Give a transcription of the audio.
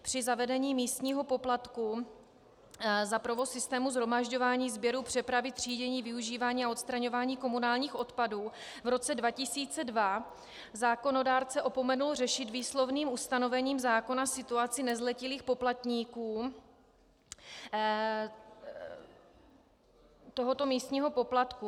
Při zavedení místního poplatku za provoz systému shromažďování, sběru, přepravy, třídění, využívání a odstraňování komunálních odpadů v roce 2002 zákonodárce opomenul řešit výslovným ustanovením zákona situaci nezletilých poplatníků tohoto místního poplatku.